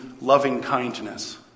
loving-kindness